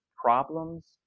problems